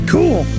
Cool